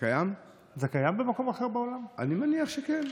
אני מניח שכן.